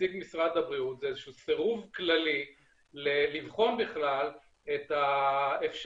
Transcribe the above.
מנציג משרד הבריאות הוא איזשהו סירוב כללי לבחון בכלל את האפשרות